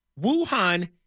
Wuhan